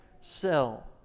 sell